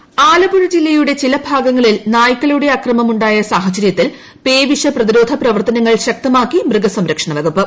പേവിഷ പ്രതിരോധം ആലപ്പുഴ ജില്ലയുടെ ചില ഭാഗങ്ങളിൽ നായക്കളുടെ അക്രമം ഉണ്ടായി സാഹചര്യത്തിൽ പേവിഷ പ്രതിരോധ പ്രവർത്തനങ്ങൾ ശക്തമാക്കി മൃഗസംരക്ഷണ വകുപ്പ്